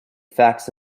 facts